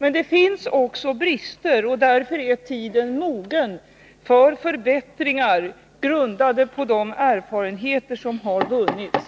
Men det finns också brister, och därför är tiden mogen för förbättringar, grundade på de erfarenheter som har vunnits.